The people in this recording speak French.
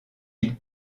ils